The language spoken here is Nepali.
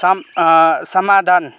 सम् सामाधान